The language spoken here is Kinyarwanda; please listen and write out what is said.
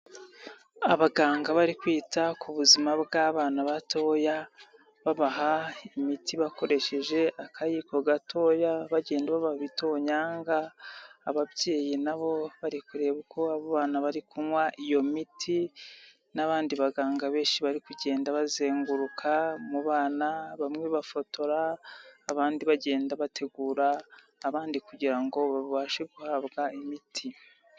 Abaganga bari kwita ku buzima bw'abana batoya babaha imiti bakoresheje akayiko gatoya, bagenda babaha udutonganya ababyeyi nabo bari kureba uko abo bana bari kunywa iyo miti n'abandi baganga benshi bari kugenda bazenguruka mu bana bamwe bafotora abandi bagenda bategura abandi kugira ngo babashe guhabwa imiti.